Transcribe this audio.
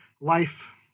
life